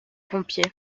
pompiers